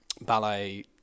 ballet